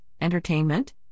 entertainment